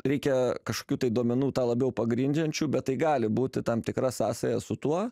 reikia kažkokių tai duomenų tą labiau pagrindžiančių bet tai gali būti tam tikra sąsaja su tuo